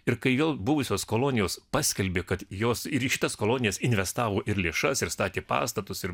ir kai jo buvusios kolonijos paskelbė kad jos ir į šitas kolonijas investavo ir lėšas ir statė pastatus ir